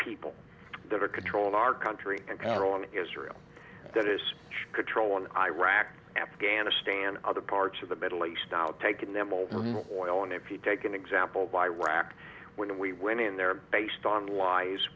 people that are controlling our country and care on israel that is control on iraq afghanistan and other parts of the middle east now taking them over oil and if you take an example of iraq when we went in there based on